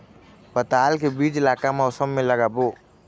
पताल के बीज ला का मौसम मे लगाबो?